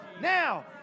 now